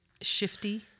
shifty